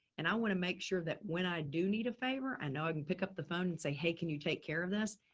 and i want to make sure that when i do need a favor, i and know i can pick up the phone and say, hey, can you take care of this?